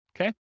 Okay